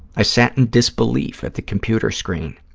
i sat in disbelief at the computer screen.